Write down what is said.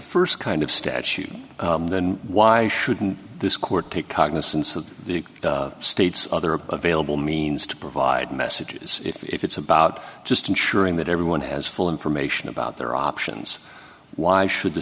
first kind of statute then why shouldn't this court pick cognizance of the state's other available means to provide messages if it's about just ensuring that everyone has full information about their options why should the